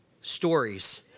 stories